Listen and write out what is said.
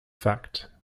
fact